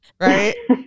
Right